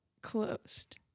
closed